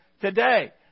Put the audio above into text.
today